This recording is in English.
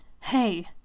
Hey